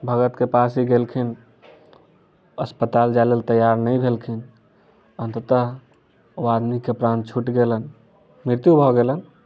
भगत के पास ही गेलखिन अस्पताल जाए लेल तैयार नहि भेलखिन अन्ततः ओ आदमी के प्राण छुटि गेलनि मृत्यु भऽ गेलनि